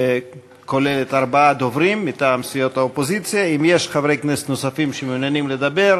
העברת שטח הפעולה של יחידת הסמך בתי-הדין הרבניים תיכנס לתוקפה